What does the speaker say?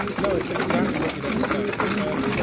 no, it's exactly what you'd expect. and look,